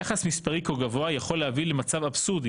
יחס מספרי כה גבוה יכול להביא למצב אבסורדי